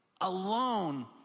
alone